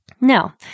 Now